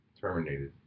terminated